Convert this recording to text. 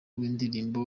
w’indirimbo